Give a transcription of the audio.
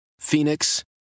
Phoenix